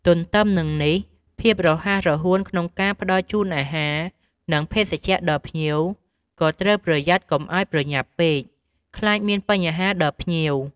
ទន្ទឹមនឹងនេះ ភាពរហ័សរហួនក្នុងការផ្តល់ជូនអាហារ និងភេសជ្ជៈដល់ភ្ញៀវ ក៏ត្រូវប្រយ័ត្នកុំឱ្យប្រញាប់ពេកខ្លាចមានបញ្ហាដល់ភ្ញៀវ។